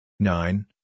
Nine